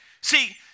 See